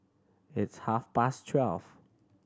its half past twelve